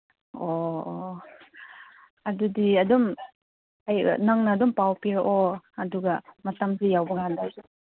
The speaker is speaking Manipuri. ꯑꯣ ꯑꯣ ꯑꯗꯨꯗꯤ ꯑꯗꯨꯝ ꯅꯪꯅ ꯑꯗꯨꯝ ꯄꯥꯎ ꯄꯤꯔꯛꯑꯣ ꯑꯗꯨꯒ ꯃꯇꯝꯁꯤ ꯌꯧꯕꯀꯥꯟꯗ